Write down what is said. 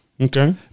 Okay